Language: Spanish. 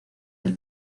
del